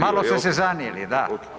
Malo ste se zanijeli, da.